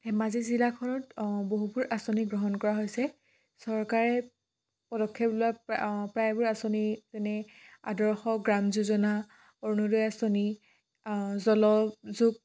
ধেমাজি জিলাখনত বহুবোৰ আঁচনি গ্ৰহণ কৰা হৈছে চৰকাৰে পদক্ষেপ লোৱা প্ৰায়বোৰ আঁচনি যেনে আদৰ্শ গ্ৰাম যোজনা অৰুণোদয় আঁচনি জলযোগ